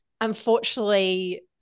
unfortunately